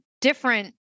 different